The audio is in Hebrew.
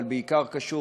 אבל בעיקר קשור